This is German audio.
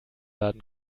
laden